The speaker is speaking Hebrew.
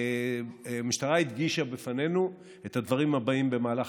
המשטרה הדגישה בפנינו את הדברים הבאים במהלך